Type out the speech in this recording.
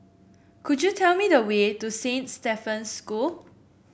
could you tell me the way to Saint Stephen's School